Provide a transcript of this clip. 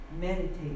meditate